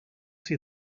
see